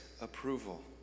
approval